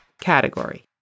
category